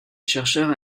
chercheurs